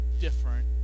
different